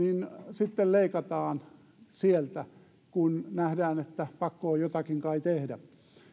sitten leikataan sieltä kun nähdään että pakko on jotakin kai tehdä